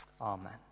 Amen